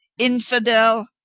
infidel!